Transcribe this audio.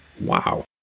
Wow